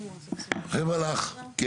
כן.